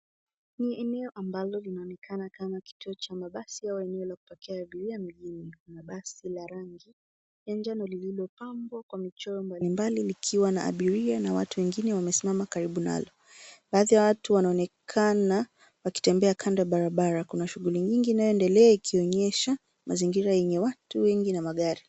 Ni eneo ambalo linaonekana kama kituo cha mabasi au eneo ya kupakia abiria mjini. Kuna basi la rangi ya njano lilililopambwa kwa michoro mbalimbali likiwa na abiria na watu wengine wamesimama karibu nalo. Baadhi ya hao watu wanaonekana wakitembea kando ya barabara. Kuna shughuli nyingi inayoendelea ikionyesha mazingira yenye watu wengi na magari.